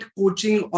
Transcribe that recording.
coaching